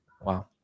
Wow